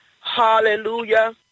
Hallelujah